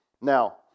Now